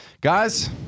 Guys